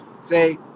Say